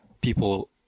people